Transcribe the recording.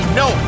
no